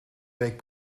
week